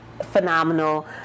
phenomenal